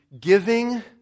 giving